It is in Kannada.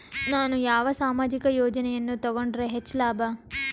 ನಾನು ಯಾವ ಸಾಮಾಜಿಕ ಯೋಜನೆಯನ್ನು ತಗೊಂಡರ ಹೆಚ್ಚು ಲಾಭ?